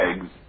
eggs